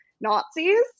nazis